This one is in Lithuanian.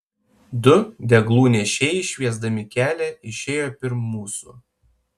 du deglų nešėjai šviesdami kelią išėjo pirm mūsų